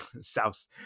South